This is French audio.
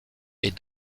est